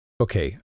Okay